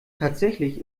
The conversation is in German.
tatsächlich